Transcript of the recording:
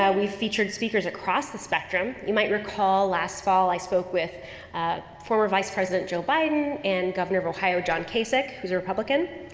we've featured speakers across the spectrum. you might recall last fall i spoke with ah former vice president joe biden and governor of ohio, john kasich who is a republican.